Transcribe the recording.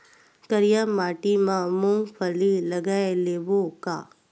करिया माटी मा मूंग फल्ली लगय लेबों का?